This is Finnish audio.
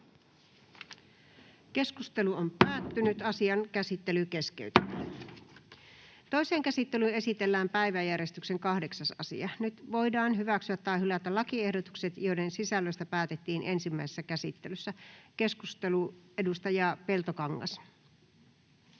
56 c §:n muuttamisesta Time: N/A Content: Toiseen käsittelyyn esitellään päiväjärjestyksen 9. asia. Nyt voidaan hyväksyä tai hylätä lakiehdotukset, joiden sisällöstä päätettiin ensimmäisessä käsittelyssä. — Keskustelu, edustaja Kiviranta.